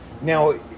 now